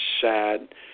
sad